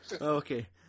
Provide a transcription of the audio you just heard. Okay